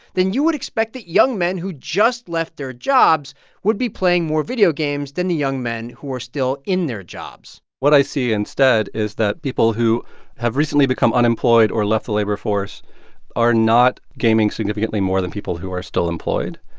then you would expect that young men who just left their jobs would be playing more video games than the young men who are still in their jobs what i see instead is that people who have recently become unemployed or left the labor force are not gaming significantly more than people who are still employed.